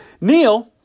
Neil